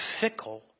fickle